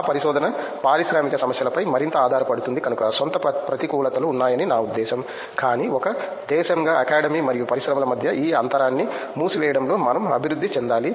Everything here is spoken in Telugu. మా పరిశోధన పారిశ్రామిక సమస్య లపై మరింత ఆధారపడుతుంది కనుక స్వంత ప్రతికూలతలు ఉన్నాయని నా ఉద్దేశ్యం కానీ ఒక దేశంగా అకాడమీ మరియు పరిశ్రమల మధ్య ఈ అంతరాన్ని మూసివేయడంలో మనం అభివృద్ధి చెందాలి